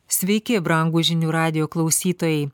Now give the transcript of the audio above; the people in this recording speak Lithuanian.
sveiki brangūs žinių radijo klausytojai